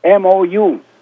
MOU